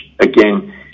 again